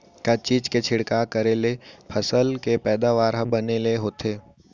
का चीज के छिड़काव करें ले फसल के पैदावार ह बने ले होथे?